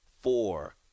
four